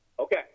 Okay